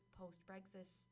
post-Brexit